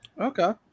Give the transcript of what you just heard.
Okay